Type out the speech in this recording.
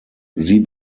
sie